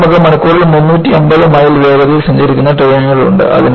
ഇപ്പോൾ നമുക്ക് മണിക്കൂറിൽ 350 മൈൽ വേഗതയിൽ സഞ്ചരിക്കുന്ന ട്രെയിനുകൾ ഉണ്ട്